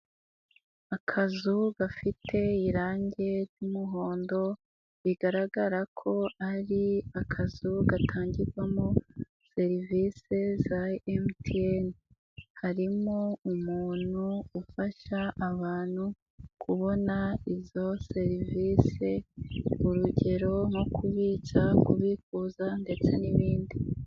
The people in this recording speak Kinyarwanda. Akazu gafite irange ry'umuhondo bigaragara ko ari akazu gatangirwamo serivise za MTN, harimo umuntu ufasha abantu kubona izo serivise urugero nko kubitsa, kukuza ndetse n'ibindi.